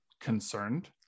concerned